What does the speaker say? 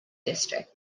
district